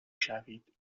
شوید